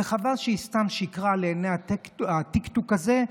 וחבל שהיא סתם שיקרה לעיני הטיקטוק הזה,